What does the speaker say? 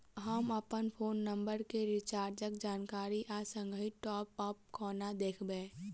हम अप्पन phone number केँ रिचार्जक जानकारी आ संगहि टॉप अप कोना देखबै?